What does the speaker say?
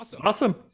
Awesome